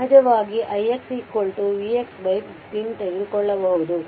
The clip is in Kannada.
ಸಹಜವಾಗಿ ix vx15 ತೆಗೆದುಕೊಳ್ಳಬಹುದು